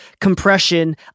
compression